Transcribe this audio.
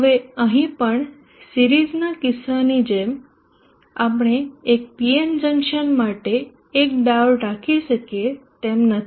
હવે અહીં પણ સિરીઝના કિસ્સાની જેમ આપણે એક PNજંકશન માટે એક ડાયોડ રાખી શકીએ તેમ નથી